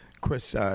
Chris